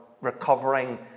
recovering